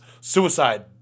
suicide